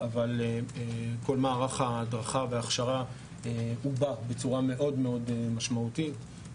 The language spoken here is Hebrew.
אבל כל מערך ההדרכה וההכשרה עובה בצורה מאוד מאוד משמעותית.